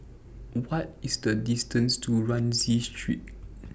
What IS The distance to Rienzi Street